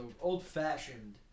Old-fashioned